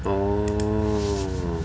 oh